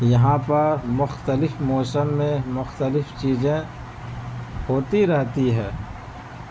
یہاں پر مختلف موسم میں مختلف چیزیں ہوتی رہتی ہے